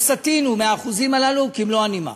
לא סטינו מהאחוזים הללו כמלוא הנימה.